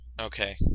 Okay